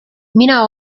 mina